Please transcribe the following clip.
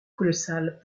colossal